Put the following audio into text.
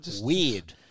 Weird